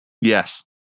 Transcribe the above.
Yes